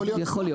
יכול להיות.